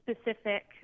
specific